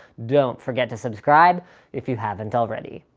don't forget to subscribe if you haven't already.